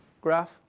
graph